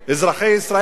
את אזרחי ישראל?